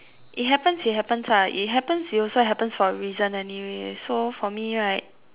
it happens it happens lah it happens it also happens for a reason anyway so for me right